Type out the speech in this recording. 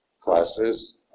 classes